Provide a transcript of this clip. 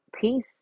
peace